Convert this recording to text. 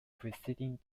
preceding